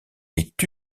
est